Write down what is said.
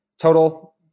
Total